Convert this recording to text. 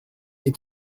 est